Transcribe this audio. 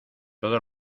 todo